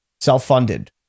self-funded